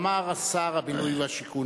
אמר שר הבינוי והשיכון,